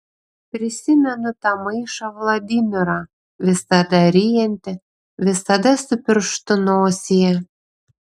prisimenu tą maišą vladimirą visada ryjantį visada su pirštu nosyje